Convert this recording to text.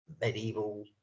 medieval